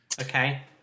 okay